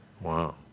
Wow